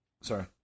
Sorry